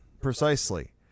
precisely